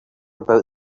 about